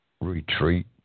retreat